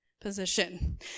position